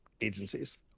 agencies